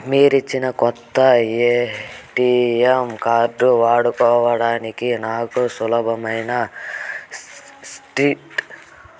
మీరిచ్చిన కొత్త ATM card వాడుకోవడానికి నాకు సులభమైన సీక్రెట్ పిన్ నెంబర్ ను సెట్ సేసుకోవచ్చా?